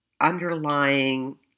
underlying